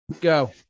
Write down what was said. go